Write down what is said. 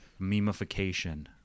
memification